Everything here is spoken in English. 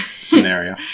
scenario